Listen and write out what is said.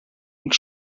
und